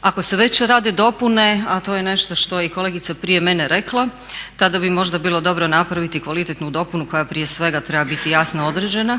Ako se već rade dopune, a to je nešto što je i kolegica prije mene rekla tada bi možda bilo dobro napraviti kvalitetnu dopunu koja prije sveg treba biti jasno određena